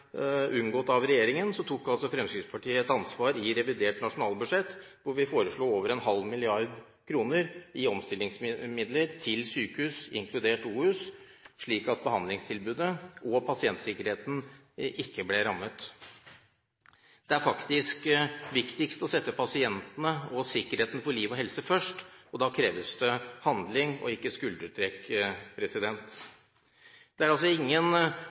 unngått av regjeringen, tok Fremskrittspartiet et ansvar i revidert nasjonalbudsjett, hvor vi foreslo over en halv milliard kroner i omstillingsmidler til sykehus, inkludert OUS, slik at behandlingstilbudet og pasientsikkerheten ikke ble rammet. Det er faktisk viktigst å sette pasientene og sikkerheten for liv og helse først, og da kreves det handling og ikke skuldertrekk. Det er ingen